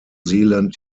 zealand